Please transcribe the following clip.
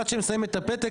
עד שהם שמים את הפתק,